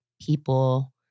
people